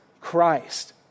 Christ